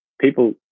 People